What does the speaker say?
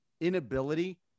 inability